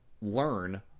learn